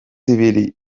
ibili